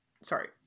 Sorry